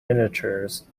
miniatures